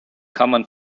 common